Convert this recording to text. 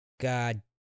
God